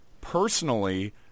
Personally